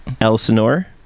Elsinore